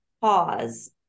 pause